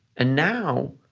and now,